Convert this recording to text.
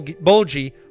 bulgy